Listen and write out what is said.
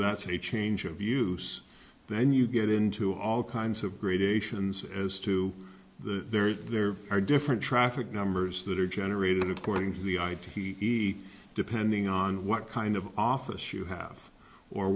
that's a change of use then you get into all kinds of gradations as to the there are different traffic numbers that are generated according to the id he depending on what kind of office you have or